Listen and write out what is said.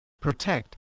protect